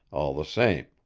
all the same.